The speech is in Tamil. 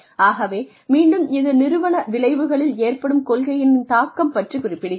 ஆகவே மீண்டும் இது நிறுவன விளைவுகளில் ஏற்படும் கொள்கையின் தாக்கம் பற்றிக் குறிப்பிடுகிறது